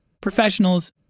professionals